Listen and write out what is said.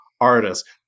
artists